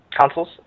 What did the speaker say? consoles